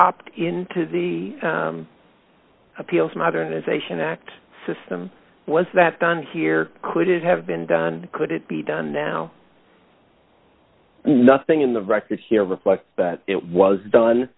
opt into the appeals modernization act system was that done here could it have been done could it be done now nothing in the record here reflect that it was done